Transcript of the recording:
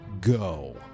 go